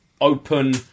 open